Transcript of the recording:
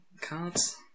cards